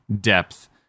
depth